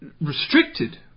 restricted